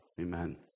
Amen